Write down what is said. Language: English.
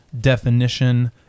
definition